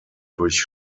durch